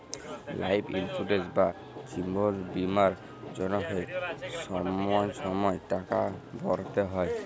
life insurance বা জিবল বীমার জ্যনহে ছময় ছময় টাকা ভ্যরতে হ্যয়